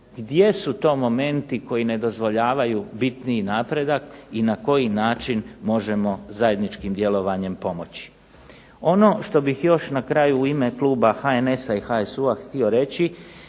gdje su to momenti koji ne dozvoljavaju bitniji napredak i na koji način možemo zajedničkim djelovanjem pomoći. Ono što bih još na kraju u ime kluba HNS-HSU-a htio reći